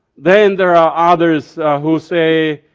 then there are others who say,